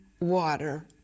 water